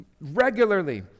regularly